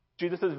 Jesus